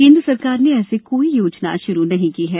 केंद्र सरकार ने ऐसी कोई योजना श्रू नहीं की है